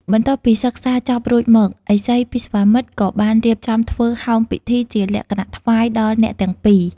បន្ទាប់ពីសិក្សាចប់រួចមក ឥសីពិស្វាមិត្រក៏បានរៀបចំធ្វើ ហោមពិធីជាកិត្តិយសថ្វាយដល់អ្នកទាំងពីរ។